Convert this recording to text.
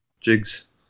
Jigs